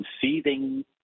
seething